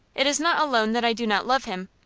it is not alone that i do not love him.